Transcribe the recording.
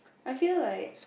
I feel like